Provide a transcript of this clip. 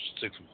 six